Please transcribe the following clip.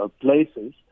places